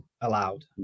allowed